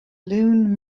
loon